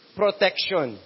protection